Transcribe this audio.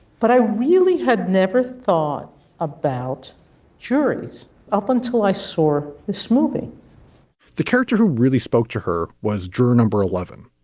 but i really had never thought about juries up until i saw this movie the character who really spoke to her was juror number eleven.